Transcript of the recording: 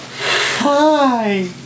Hi